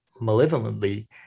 malevolently